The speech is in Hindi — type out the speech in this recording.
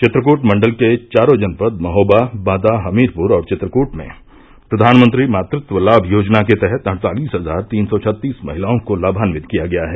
चित्रकूट मंडल के चारों जनपद महोबा बांदा हमीरपुर और चित्रकूट में प्रधानमंत्री मातृत्व लाभ योजना के तहत अड़तालीस हज़ार तीन सौ छत्तीस महिलाओं को लाभान्वित किया गया है